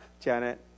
Janet